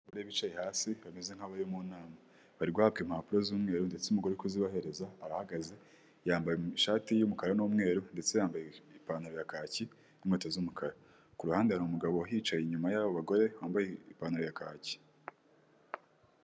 Abagore bicaye hasi bameze nk'abari mu nama bari guhaka impapuro z'umweru ndetse umugore ukuzibahereza arahagaze yambaye ishati y'umukara n'umweru ndetse yambaye ipantaro ya kaki n' inkweto z'umukara, ku ruhande hari umugabo yicaye inyuma y'abagore bambaye ipantaro ya kaki.